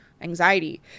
anxiety